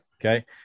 Okay